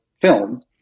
film